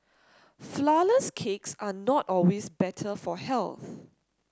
flourless cakes are not always better for health